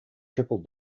triple